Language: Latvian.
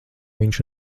viņš